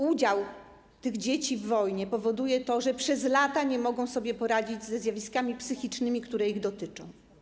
Udział tych dzieci w wojnie powoduje to, że przez lata nie mogą sobie poradzić ze zjawiskami psychicznymi, które ich dotyczą.